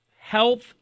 health